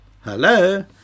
hello